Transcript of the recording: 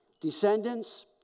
descendants